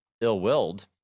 ill-willed